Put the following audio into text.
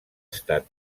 estat